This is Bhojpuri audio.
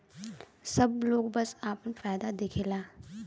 सब लोग बस आपन फायदा देखला